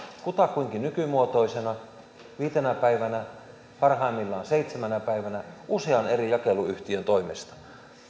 kutakuinkin nykymuotoisena viitenä päivänä parhaimmillaan seitsemänä päivänä usean eri jakeluyhtiön toimesta